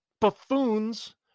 buffoons